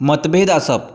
मतभेद आसप